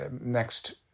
next